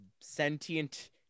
sentient